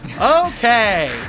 Okay